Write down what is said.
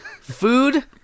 Food